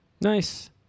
Nice